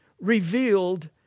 revealed